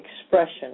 expression